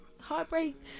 heartbreak